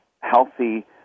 healthy